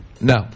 No